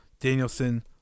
Danielson